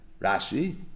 Rashi